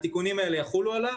התיקונים האלה יחולו עליו,